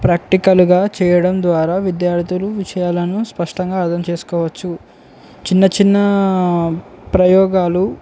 ప్రాక్టికల్గా చేయడం ద్వారా విద్యార్థులు విషయాలను స్పష్టంగా అర్థం చేసుకోవచ్చు చిన్న చిన్న ప్రయోగాలు